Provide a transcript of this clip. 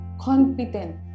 competent